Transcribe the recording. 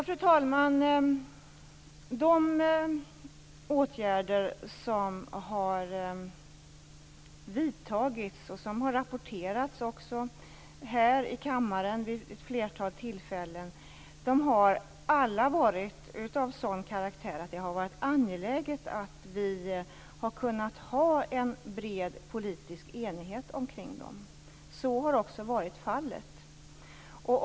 Fru talman! De åtgärder som har vidtagits och som har rapporterats här i kammaren vid ett flertal tillfällen har alla varit av sådan karaktär att det har varit angeläget att vi har kunnat ha en bred politisk enighet omkring dem. Så har också varit fallet.